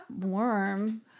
warm